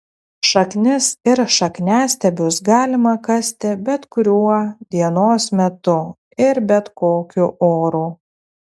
šaknis ir šakniastiebius galima kasti bet kuriuo dienos metu ir bet kokiu oru